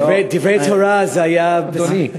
דברי התורה, זה היה אדוני.